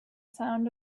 sound